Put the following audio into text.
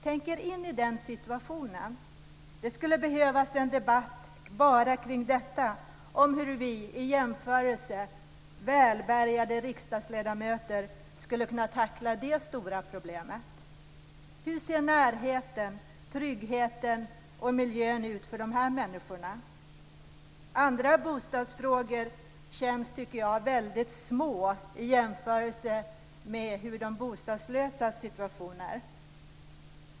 Tänk er in i den situationen. Det skulle behövas en debatt bara om detta, om hur vi i jämförelse välbärgade riksdagsledamöter skulle kunna tackla det stora problemet. Hur ser närheten, tryggheten och miljön ut för de här människorna? Andra bostadsfrågor känns, tycker jag, små i jämförelse med hur de bostadslösas situation är.